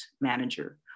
manager